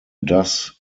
das